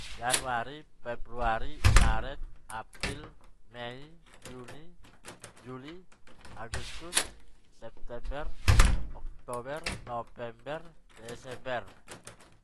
Januari, februari, maret, april, mei, juni, juli, agustus, september. Oktober, november, desesmber.